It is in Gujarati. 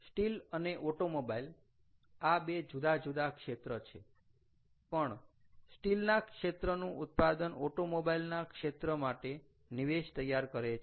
સ્ટીલ અને ઓટોમોબાઇલ આ બે જુદા જુદા ક્ષેત્ર છે પણ સ્ટીલ ના ક્ષેત્રનું ઉત્પાદન ઓટોમોબાઇલ ના ક્ષેત્ર માટે નિવેશ તૈયાર કરે છે